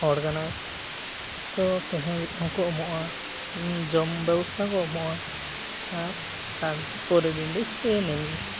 ᱦᱚᱲ ᱠᱟᱱᱟᱭ ᱛᱚ ᱛᱟᱦᱮᱸ ᱦᱚᱠᱚ ᱮᱢᱚᱜᱼᱟ ᱡᱚᱢ ᱵᱮᱵᱚᱥᱛᱷᱟ ᱦᱚᱠᱚ ᱮᱢᱚᱜᱼᱟ ᱟᱨ ᱛᱟᱭᱚᱢᱛᱮ ᱯᱚᱨᱮᱨ ᱫᱤᱱ ᱫᱩᱧ ᱥᱮᱱᱮᱱᱜᱮ